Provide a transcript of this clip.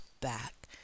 back